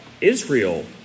Israel